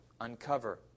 Uncover